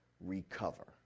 recover